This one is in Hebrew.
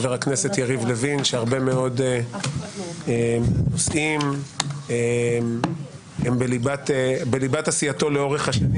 חבר הכנסת יריב לוין שהרבה מאוד נושאים הם בליבת עשייתו לאורך השנים,